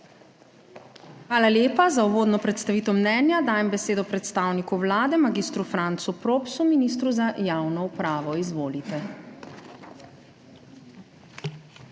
Hvala lepa. Za uvodno predstavitev mnenja dajem besedo predstavniku Vlade, mag. Francu Propsu, ministru za javno upravo. Izvolite.